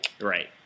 right